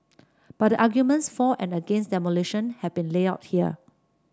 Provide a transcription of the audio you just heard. but the arguments for and against demolition have been laid out here